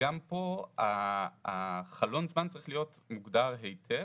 גם פה חלון הזמן צריך להיות מוגדר היטב,